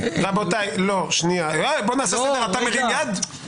רבותיי --- אתה מרים יד?